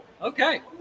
Okay